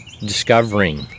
discovering